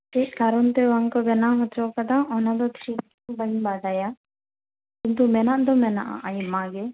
ᱪᱮᱫ ᱠᱟᱨᱚᱱᱛᱮ ᱵᱟᱝᱠᱚ ᱡᱟᱱᱟᱣ ᱦᱚᱪᱚ ᱟᱠᱟᱫᱟ ᱚᱱᱟ ᱫᱚ ᱴᱷᱤᱠ ᱵᱟᱹᱧ ᱵᱟᱰᱟᱭᱟ ᱠᱤᱱᱛᱩ ᱢᱮᱱᱟᱜ ᱫᱚ ᱢᱮᱱᱟᱜᱼᱟ ᱟᱭᱢᱟ ᱜᱮ